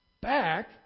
Back